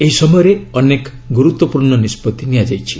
ଏହି ସମୟରେ ଅନେକ ଗୁରୁତ୍ୱପୂର୍ଣ୍ଣ ନିଷ୍କଭି ନିଆଯାଇଛି